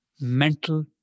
mental